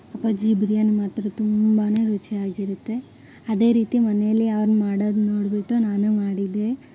ಅಪ್ಪಾಜಿ ಬಿರಿಯಾನಿ ಮಾಡ್ತಾರೆ ತುಂಬಾ ರುಚಿಯಾಗಿರುತ್ತೆ ಅದೇ ರೀತಿ ಮನೆಯಲ್ಲಿ ಅವ್ರು ಮಾಡೋದು ನೋಡಿಬಿಟ್ಟು ನಾನು ಮಾಡಿದೆ